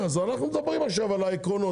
אנחנו מדברים עכשיו על העקרונות.